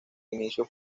inicio